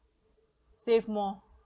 save more